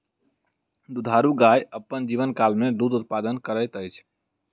दुधारू गाय अपन जीवनकाल मे दूध उत्पादन करैत अछि